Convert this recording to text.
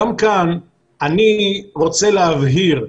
גם כאן אני רוצה להבהיר,